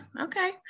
okay